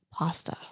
Pasta